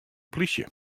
plysje